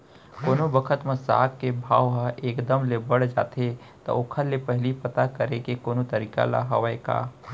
कोनो बखत म साग के भाव ह एक दम ले बढ़ जाथे त ओखर ले पहिली पता करे के कोनो तरीका हवय का?